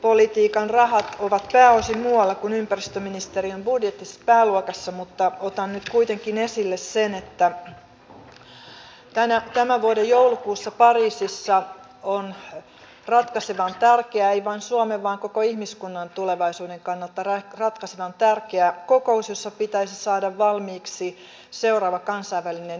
ilmastopolitiikan rahat ovat pääosin muualla kuin ympäristöministeriön pääluokassa mutta otan nyt kuitenkin esille sen että tämän vuoden joulukuussa pariisissa on ratkaisevan tärkeä ei vain suomen vaan koko ihmiskunnan tulevaisuuden kannalta ratkaisevan tärkeä kokous jossa pitäisi saada valmiiksi seuraava kansainvälinen ilmastosopimus